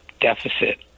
deficit